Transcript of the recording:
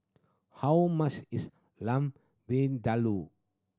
how much is Lamb Vindaloo